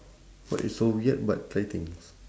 what is so weird but try things